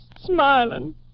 smiling